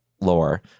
lore